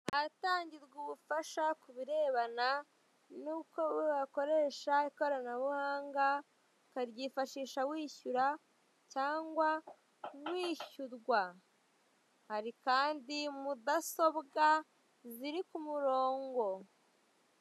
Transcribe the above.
Ahatangirwa ubufasha ku birebana n'uko wakoresha ikoranabuhanga ukaryifashisha wishyura cyangwa wishyurwa, hari kandi mudasobwa ziri ku murongo.